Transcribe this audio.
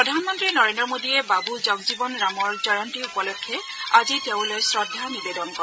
প্ৰধানমন্ত্ৰী নৰেন্দ্ৰ মোদীয়ে বাবু জগজীৱন ৰামৰ জয়ন্তী উপলক্ষে আজি তেওঁলৈ শ্ৰদ্ধা নিবেদন কৰে